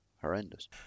horrendous